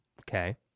Okay